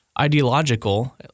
ideological